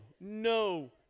no